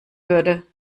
würde